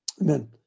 Amen